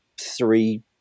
three